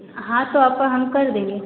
हाँ तो आपका हम कर देंगे